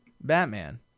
batman